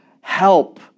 Help